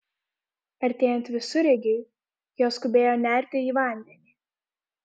artėjant visureigiui jos skubėjo nerti į vandenį